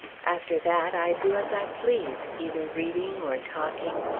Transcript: after that, i do as i please, either reading or talking,